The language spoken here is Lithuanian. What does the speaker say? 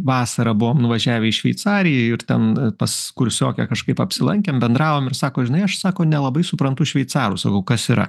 vasarą buvom nuvažiavę į šveicariją ir ten pas kursiokę kažkaip apsilankėm bendravom ir sako žinai aš sako nelabai suprantu šveicarų sakau kas yra